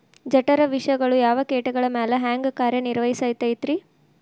ಜಠರ ವಿಷಗಳು ಯಾವ ಕೇಟಗಳ ಮ್ಯಾಲೆ ಹ್ಯಾಂಗ ಕಾರ್ಯ ನಿರ್ವಹಿಸತೈತ್ರಿ?